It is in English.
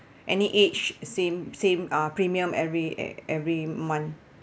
any age same same uh premium every e~ every month